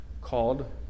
called